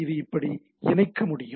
இது இப்படி இணைக்க முடியும்